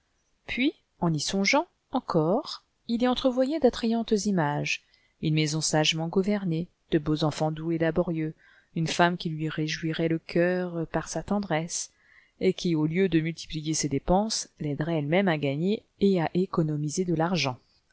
puis en y songeant encore il y entrevoyait d'attrayantes images une maison sagement gouvernée de beaux enfants doux et laborieux une femme qui lui réjouirait le cœur par sa tendresse et qui au lieu de multiplier ses dépenses l'aiderait elle-même à gagner et à économiser de l'argent